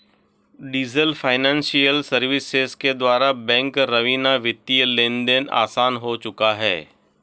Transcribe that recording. diesel financial services के द्वारा bank रवीना वित्तीय लेनदेन आसान हो चुका है